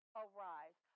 arise